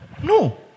no